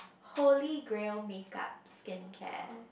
holy grail makeup skincare